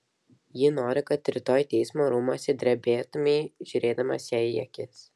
ji nori kad rytoj teismo rūmuose drebėtumei žiūrėdamas jai į akis